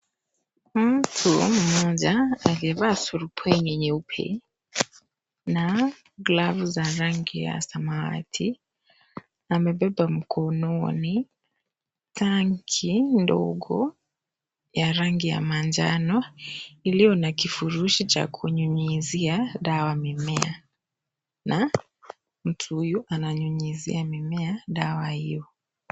Mtu mmoja amevaa surupwenye ya nyeupe na glavu za rangi ya samawati. Amebeba mkononi tangi ndogo ya rangi ya manjano ilio na kifurushi cha kunyunyizia dawa mimea. Na mtu huyu ananyunyizia mimea dawa hio.